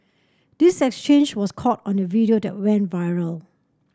this exchange was caught on a video that went viral